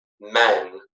men